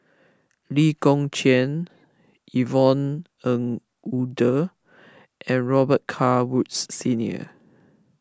Lee Kong Chian Yvonne Ng Uhde and Robet Carr Woods Senior